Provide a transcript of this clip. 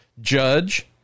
Judge